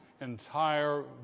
entire